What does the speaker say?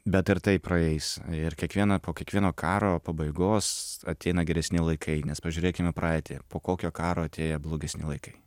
bet ir tai praeis ir kiekvieną po kiekvieno karo pabaigos ateina geresni laikai nes pažiūrėkim į praeitį po kokio karo atėjo blogesni laikai